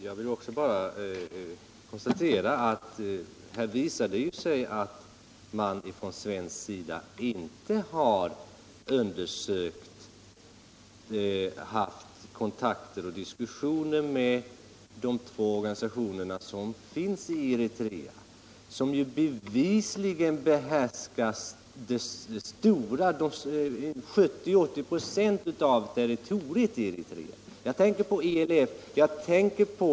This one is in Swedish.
Jag vill också bara konstatera att det här visar sig att man från svensk sida inte haft kontakter och diskussioner med de två organisationer i Eritrea som bevisligen behärskar 70-80 96 av territoriet i Eritrea — jag tänker på ELF och Röda korset där.